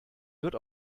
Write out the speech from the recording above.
wird